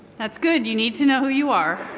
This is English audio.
that's good you need to know who you are.